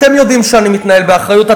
אתם יודעים שאני מתנהל באחריות,